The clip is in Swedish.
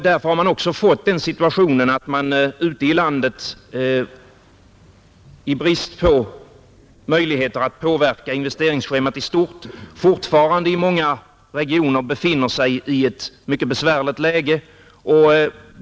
Därför har man också fått den situationen att man ute i landet — i brist på möjligheter att påverka investeringsschemat i stort — fortfarande i många regioner befinner sig i ett mycket besvärligt läge.